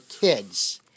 kids